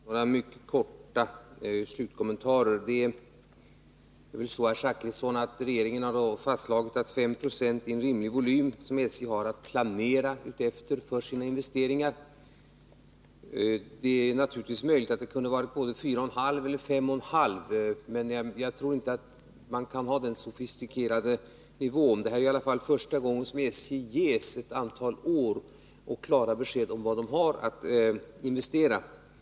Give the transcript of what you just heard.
Herr talman! Bara några mycket korta slutkommentarer. Det är väl så, herr Zachrisson, att regeringen har fastslagit att 5 96 är en rimlig volym som SJ har att planera efter för sina investeringar. Det är naturligtvis möjligt att det kunde ha varit både 4,5 och 5,5, men jag tror inte att man kan ha den sofistikerade nivån. Det här är i alla fall första gången som SJ får klara besked om vad företaget har att investera under ett antal år.